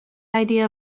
idea